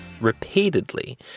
repeatedly